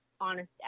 Honest